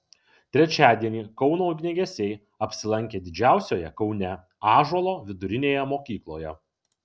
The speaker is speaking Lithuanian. trečiadienį kauno ugniagesiai apsilankė didžiausioje kaune ąžuolo vidurinėje mokykloje